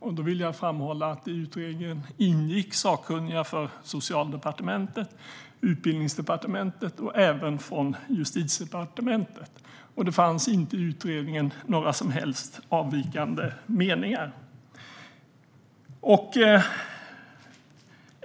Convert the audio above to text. Jag vill framhålla att i utredningen ingick sakkunniga från Socialdepartementet, Utbildningsdepartementet och Justitiedepartementet. Det fanns inte i utredningen några som helst avvikande meningar.